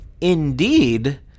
indeed